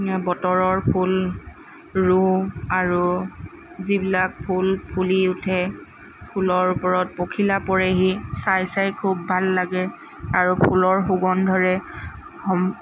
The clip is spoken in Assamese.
বতৰৰ ফুল ৰুওঁ আৰু যিবিলাক ফুল ফুলি উঠে ফুলৰ ওপৰত পখিলা পৰেহি চাই চাই খুব ভাল লাগে আৰু ফুলৰ সুগন্ধৰে সম